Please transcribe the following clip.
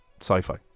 sci-fi